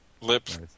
Lips